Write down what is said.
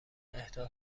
اهدا